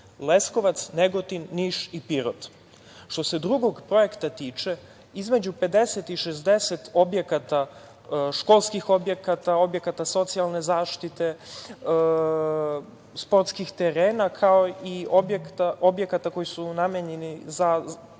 Leskovac, Negotin, Niš i Pirot. Što se drugog projekta tiče, između 50 i 60 objekata, školskih objekata, objekata socijalne zaštite, sportskih terena kao i objekata koji su namenjeni za primarne